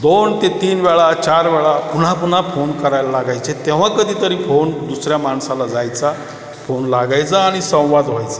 दोन ते तीन वेळा चार वेळा पुन्हा पुन्हा फोन करायला लागायचे तेव्हा कधीतरी फोन दुसऱ्या माणसाला जायचा फोन लागायचा आणि संवाद व्हायचा